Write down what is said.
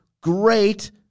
great